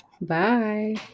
bye